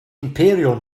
imperial